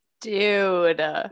Dude